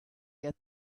get